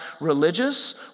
religious